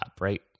right